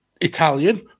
Italian